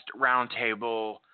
roundtable